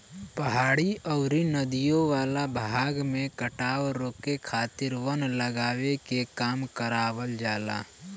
पहाड़ी अउरी नदियों वाला भाग में कटाव रोके खातिर वन लगावे के काम करवावल जाला